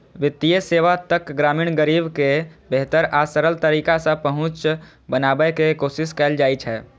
वित्तीय सेवा तक ग्रामीण गरीब के बेहतर आ सरल तरीका सं पहुंच बनाबै के कोशिश कैल जाइ छै